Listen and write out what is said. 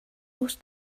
aus